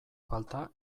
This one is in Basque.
falta